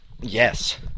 yes